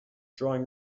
drawing